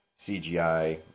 CGI